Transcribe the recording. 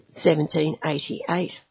1788